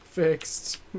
fixed